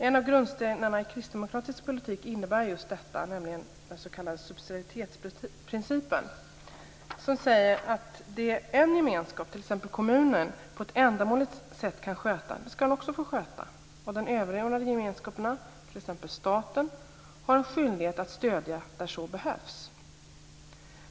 En av grundstenarna i kristdemokratisk politik innebär just detta, nämligen den s.k. subsidiaritetsprincipen som säger att det en gemenskap, t.ex. kommunen, på ett ändamålsenligt sätt kan sköta ska den också få sköta. De överordnade gemenskaperna, t.ex. staten, har en skyldighet att stödja där så behövs.